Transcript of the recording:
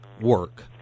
work